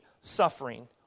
suffering